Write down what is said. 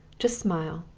just smile,